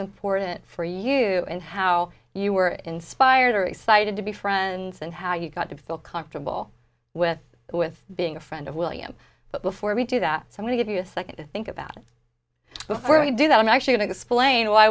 important for you and how you were inspired or excited to be friends and how you got to feel comfortable with it with being a friend of william but before we do that somebody give you a second to think about it before we do that i'm actually going to explain why